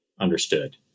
understood